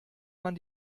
man